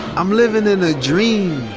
i'm living in a dream